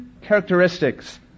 characteristics